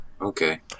Okay